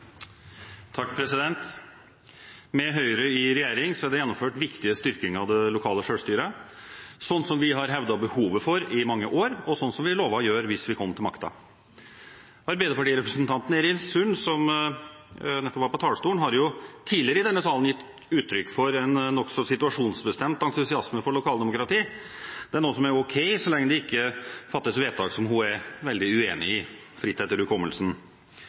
gjennomført viktige styrkinger av det lokale selvstyret, som vi har hevdet behovet for i mange år, og som vi lovte å gjøre hvis vi kom til makten. Arbeiderpartirepresentanten Eirin Sund, som nettopp var på talerstolen, har tidligere i denne salen gitt uttrykk for en nokså situasjonsbestemt entusiasme for lokaldemokrati. Det er noe som er ok så lenge det ikke fattes vedtak som hun er veldig uenig i, fritt etter hukommelsen.